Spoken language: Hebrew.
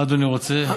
מה אדוני רוצה?